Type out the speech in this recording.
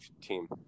team